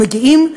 מגיעים,